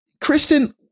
Kristen